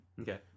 Okay